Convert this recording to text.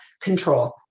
control